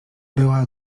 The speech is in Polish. była